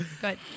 good